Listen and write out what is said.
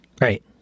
Right